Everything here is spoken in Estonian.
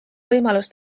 võimalus